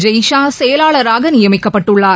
ஜெய் ஷா செயலாளராக நியமிக்கப்பட்டுள்ளார்